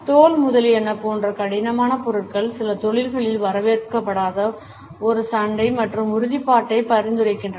தோல் முதலியன போன்ற கடினமான பொருட்கள் சில தொழில்களில் வரவேற்கப்படாத ஒரு சண்டை மற்றும் உறுதிப்பாட்டை பரிந்துரைக்கின்றன